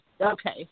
Okay